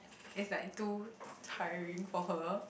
it's like too tiring for her